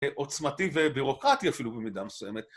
עוצמתי ובירוקרטי אפילו במידה מסוימת.